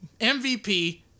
MVP